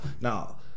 Now